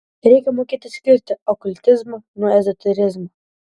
reikia mokėti skirti okultizmą nuo ezoterizmo